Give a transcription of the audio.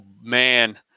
man